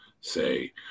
say